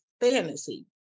fantasy